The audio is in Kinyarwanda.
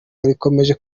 rikomeje